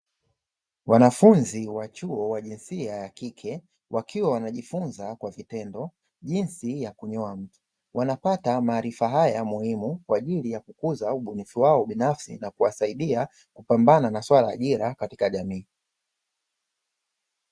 Wanafunzi wa chuo wa jinsia ya kike wakiwa wanajifunza kwa vitendo jinsi ya kunyoa mtu. Wanapata maarifa haya muhimu kwa ajili ya kukuza ubunifu wao binafsi na kuwasaidia kupambana na suala ajira katika jamii.